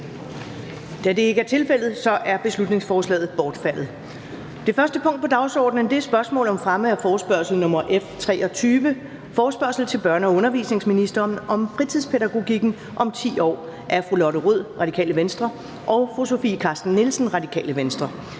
Da det ikke er tilfældet, er beslutningsforslaget bortfaldet. --- Det første punkt på dagsordenen er: 1) Spørgsmål om fremme af forespørgsel nr. F 23: Forespørgsel til børne- og undervisningsministeren om fritidspædagogikken om 10 år. Af Lotte Rod (RV) og Sofie Carsten Nielsen (RV).